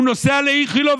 הוא נוסע לאיכילוב,